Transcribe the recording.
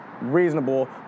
reasonable